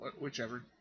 whichever